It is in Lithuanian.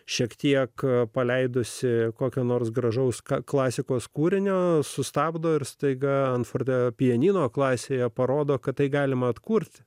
šiek tiek paleidusi kokio nors gražaus klasikos kūrinio sustabdo ir staiga ant forte pianino klasėje parodo kad tai galima atkurti